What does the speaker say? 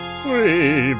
Three